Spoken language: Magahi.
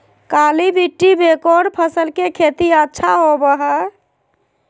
काली मिट्टी में कौन फसल के खेती अच्छा होबो है?